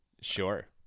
Sure